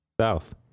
South